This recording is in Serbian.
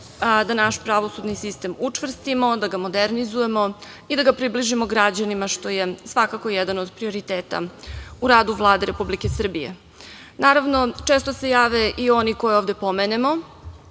da naš pravosudni sistem učvrstimo, onda ga modernizujemo i da ga približimo građanima, što je svakako jedan od prioriteta u radu Vlade Republike Srbije. Naravno, često se jave i oni koje ovde pomenemo,